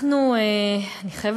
הוא